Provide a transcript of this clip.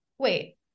wait